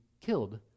killed